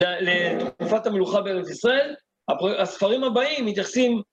לתקופת המלוכה בארץ ישראל, הספרים הבאים מתייחסים...